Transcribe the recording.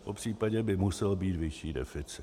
Popřípadě by musel být vyšší deficit.